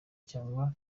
cyangwa